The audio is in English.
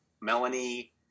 Melanie